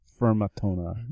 Fermatona